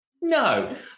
No